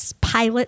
pilot